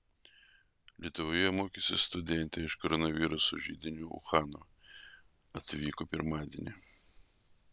lietuvoje mokysis studentė iš koronaviruso židinio uhano atvyko pirmadienį